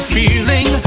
feeling